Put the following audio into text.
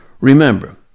Remember